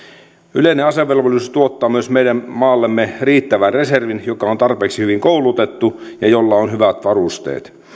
yleinen asevelvollisuus tuottaa myös meidän maallemme riittävän reservin joka on tarpeeksi hyvin koulutettu ja jolla on hyvät varusteet